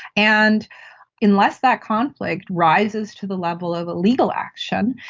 and unless that conflict rises to the level of legal action,